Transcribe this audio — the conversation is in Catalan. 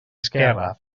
esquerra